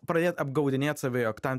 pradėt apgaudinėt save jog ten